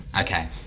Okay